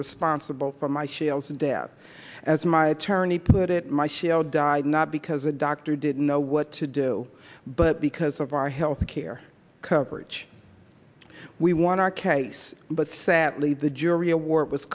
responsible for my shells and death as my attorney put it my shell died not because a doctor didn't know what to do but because of our health care coverage we want our case but sadly the jury award was